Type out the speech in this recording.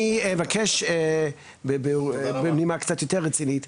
בנימה רצינית,